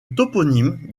toponyme